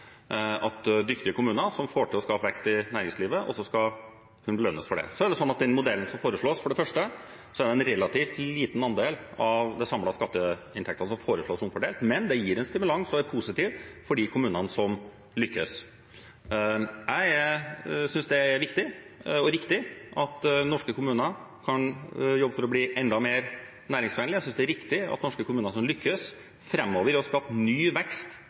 at dyktige kommuner som får til å skape vekst i arbeidslivet, skal belønnes for det. I den modellen som foreslås, er det for det første en relativt liten andel av de samlede skatteinntektene som foreslås omfordelt, men det gir en stimulans og er positivt for de kommunene som lykkes. Jeg synes det er viktig og riktig at norske kommuner kan jobbe for å bli enda mer næringsvennlige. Jeg synes det er riktig at norske kommuner kan lykkes fremover i å skape ny vekst